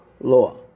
law